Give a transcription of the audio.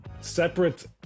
separate